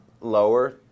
lower